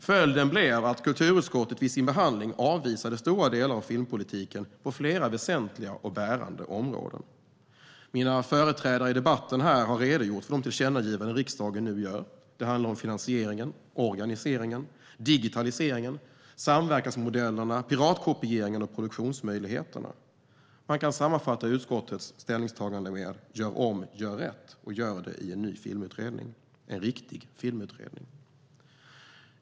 Följden blev att kulturutskottet vid sin behandling avvisade stora delar av filmpolitiken på flera väsentliga och bärande områden. Mina företrädare i debatten har redogjort för de tillkännagivanden riksdagen nu gör. Det handlar om finansieringen, organiseringen, digitaliseringen, samverkansmodellerna, piratkopieringen och produktionsmöjligheterna. Man kan sammanfatta utskottets ställningstagande med följande: Gör om! Gör rätt! Gör det i en ny, riktig, filmutredning!